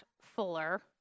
fuller